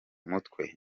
mutwe